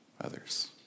others